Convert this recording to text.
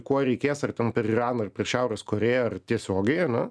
kuo reikės ar ten per iraną ar per šiaurės korėją ar tiesiogiai ane